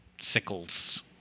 sickles